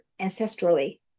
ancestrally